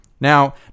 Now